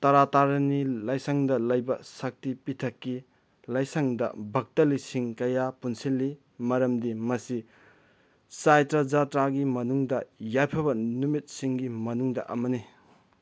ꯇꯔꯥ ꯇꯥꯔꯤꯅꯤ ꯂꯥꯏꯁꯪꯗ ꯂꯩꯕ ꯁꯛꯇꯤ ꯄꯤꯊꯛꯀꯤ ꯂꯥꯏꯁꯪꯗ ꯕꯛꯇ ꯂꯤꯁꯤꯡ ꯀꯌꯥ ꯄꯨꯟꯁꯤꯟꯂꯤ ꯃꯔꯝꯗꯤ ꯃꯁꯤ ꯆꯥꯏꯇ꯭ꯔꯥ ꯖꯇ꯭ꯔꯥꯒꯤ ꯃꯅꯨꯡꯗ ꯌꯥꯏꯐꯕ ꯅꯨꯃꯤꯠꯁꯤꯡꯒꯤ ꯃꯅꯨꯡꯗ ꯑꯃꯅꯤ